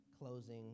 closing